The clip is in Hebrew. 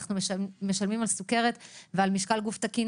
אנחנו משלמים על סוכרת ועל משקל גוף תקין